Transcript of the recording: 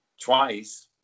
twice